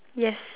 yes